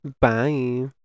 bye